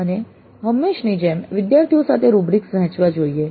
અને હંમેશની જેમ વિદ્યાર્થીઓ સાથે રૂબ્રિક્સ વહેંચવા જોઈએ